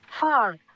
far